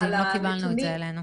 לא קיבלנו את זה אלינו.